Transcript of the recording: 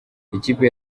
ikipe